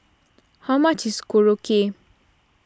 how much is Korokke